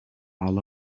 all